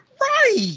Right